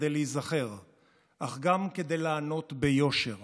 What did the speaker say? כדי להיזכר אך גם כדי לענות ביושר